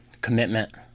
commitment